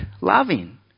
loving